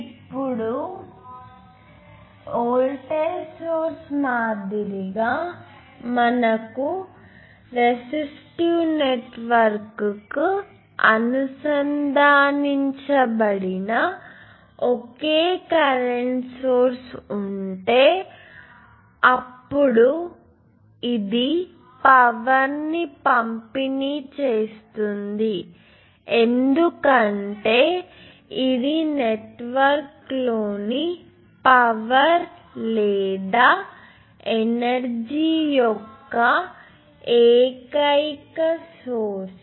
ఇప్పుడు voltage source మాదిరిగా మీకు రెసిస్టివ్ నెట్వర్క్కు అనుసంధానించబడిన ఒకే కరెంట్ సోర్స్ ఉంటే అప్పుడు ఇది పవర్ ని పంపిణీ చేస్తుంది ఎందుకంటే ఇది నెట్వర్క్లోని పవర్ లేదా ఎనర్జీ యొక్క ఏకైక సోర్స్